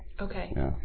Okay